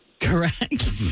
Correct